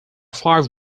five